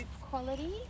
quality